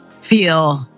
feel